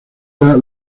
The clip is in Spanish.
era